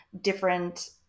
different